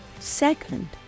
Second